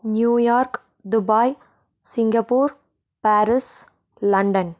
New York Dubai Singapore Paris London